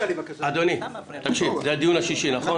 ולהגיד --- אדוני, זה הדיון השישי, נכון?